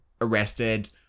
arrested